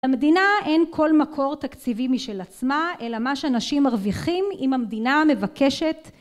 למדינה אין כל מקור תקציבי משל עצמה, אלא מה שאנשים מרוויחים אם המדינה מבקשת